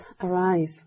arise